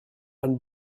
and